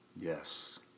Yes